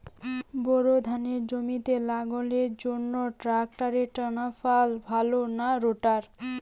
Bore ধানের জমি লাঙ্গলের জন্য ট্রাকটারের টানাফাল ভালো না রোটার?